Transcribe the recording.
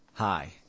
Hi